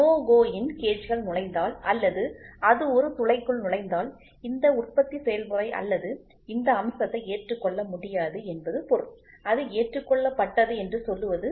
no go in கேஜ்கள் நுழைந்தால் அல்லது அது ஒரு துளைக்குள் நுழைந்தால் இந்த உற்பத்தி செயல்முறை அல்லது இந்த அம்சத்தை ஏற்றுக்கொள்ள முடியாது என்பது பொருள் அது ஏற்றுக்கொள்ளப்பட்டது என்று சொல்வது